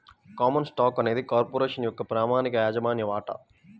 common stock అనేది corporation యొక్క ప్రామాణిక యాజమాన్య వాటా